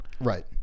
Right